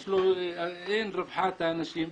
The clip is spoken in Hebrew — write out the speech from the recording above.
יש רווחה לאנשים.